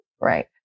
Right